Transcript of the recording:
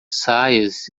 saias